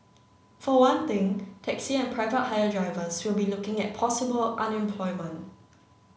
for one thing taxi and private hire drivers will be looking at possible unemployment